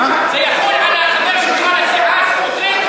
זה יחול על החבר שלך לסיעה, סמוטריץ?